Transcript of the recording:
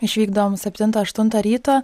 išvykdavom septintą aštuntą ryto